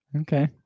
Okay